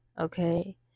Okay